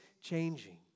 changing